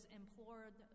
implored